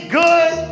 good